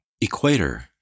Equator